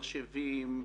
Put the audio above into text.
מחשבים,